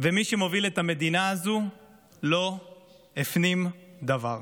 ומי שמוביל את המדינה הזו לא הפנים דבר.